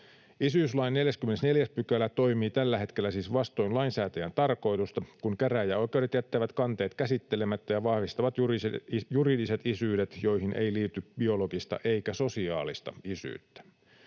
Isyyslain 44 § toimii tällä hetkellä siis vastoin lainsäätäjän tarkoitusta, kun käräjäoikeudet jättävät kanteet käsittelemättä ja vahvistavat juridiset isyydet, joihin ei liity biologista eikä sosiaalista isyyttä.